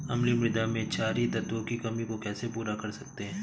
अम्लीय मृदा में क्षारीए तत्वों की कमी को कैसे पूरा कर सकते हैं?